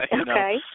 Okay